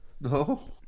No